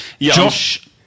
Josh